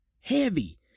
heavy